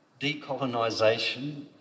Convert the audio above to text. decolonisation